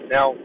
Now